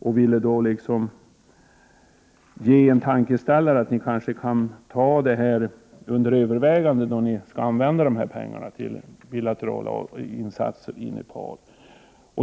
Jag ville därför ge regeringen en tankeställare och be den att ta under övervägande om inte dessa pengar bör användas för bilaterala insatser i Nepal.